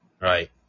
right